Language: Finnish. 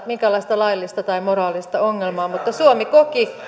minkäänlaista laillista tai moraalista ongelmaa mutta suomi koki